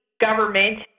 government